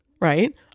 Right